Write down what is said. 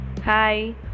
hi